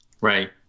Right